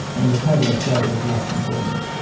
and the title itself is less important.